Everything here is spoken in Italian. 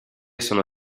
sono